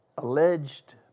Alleged